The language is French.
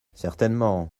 certainement